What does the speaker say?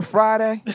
Friday